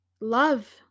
love